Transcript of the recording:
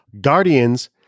Guardians